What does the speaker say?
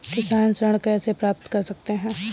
किसान ऋण कैसे प्राप्त कर सकते हैं?